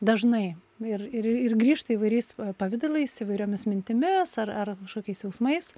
dažnai ir ir ir grįžta įvairiais pavidalais įvairiomis mintimis ar ar kažkokiais jausmais